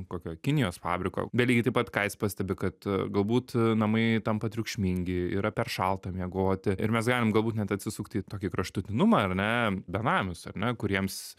kokio kinijos fabriko bet lygiai taip pat ką jis pastebi kad galbūt namai tampa triukšmingi yra per šalta miegoti ir mes galim galbūt net atsisukti į tokį kraštutinumą ar ne benamius ar ne kuriems